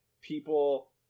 people